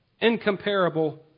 incomparable